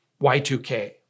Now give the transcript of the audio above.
Y2K